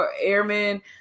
Airmen